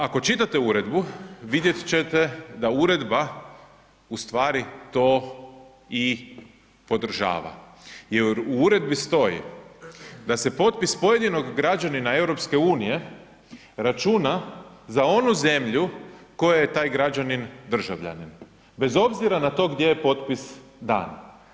Ako čitate uredbu, vidjet ćete da uredba ustvari to i podržava jer u uredbi stoji da se potpis pojedinog građanina EU računa za onu zemlju koje je taj građanin državljanin, bez obzira na to gdje je potpis dan.